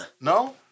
No